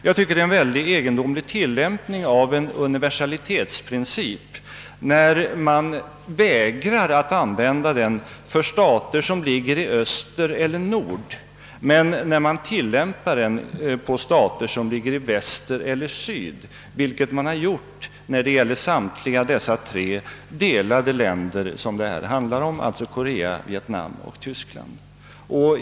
Jag tycker att det är en mycket egendomlig tillämpning av en universalitetsprincip när man vägrar att använda den för stater som ligger i öster eller norr men tillämpar den på stater som ligger i väster eller söder, vilket man har gjort i fråga om samtliga dessa tre delade länder — Korea, Vietnam och Tyskland.